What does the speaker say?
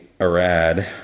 Arad